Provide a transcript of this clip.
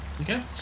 Okay